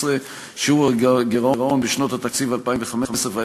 15) (שיעור הגירעון בשנות התקציב 2015 ואילך